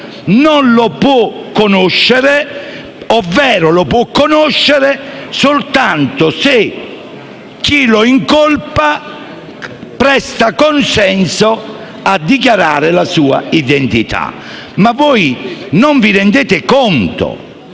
non lo può conoscere, o - meglio - può sapere chi è soltanto se chi lo incolpa presta consenso a dichiarare la sua identità. Voi non vi rendete conto